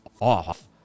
off